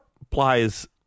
applies